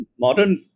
modern